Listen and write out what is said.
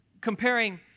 comparing